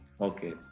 Okay